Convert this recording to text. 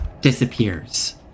disappears